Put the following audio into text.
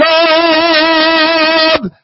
Love